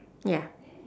ya